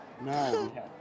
No